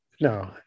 No